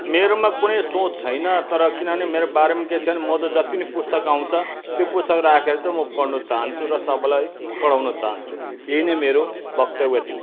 मेरोमा कुनै सोच छैन तर किनभने मेरो बारेमा केही छैन म त जति न पुस्तक आउँछ त्यो पुस्तकलाई राखेर चाहिँ म पढ्नु चहान्छु र सबैलाई पढाउन चाहन्छु यही नै मेरो वक्तव्य थियो